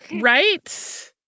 right